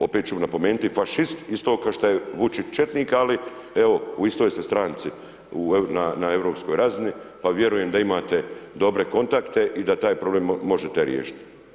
Opet ću napomenuti fašist isto košto je Vučić četnik, ali evo u istoj ste stranci na europskoj razini, pa vjerujem da imate dobre kontakte i da taj problem možete riješiti.